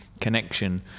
connection